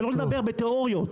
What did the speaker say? ולא לדבר בתיאוריות.